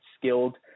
skilled